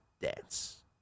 dance